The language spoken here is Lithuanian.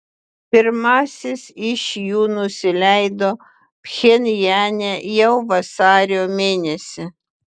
pirmasis iš jų nusileido pchenjane jau vasario mėnesį